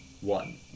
One